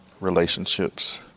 relationships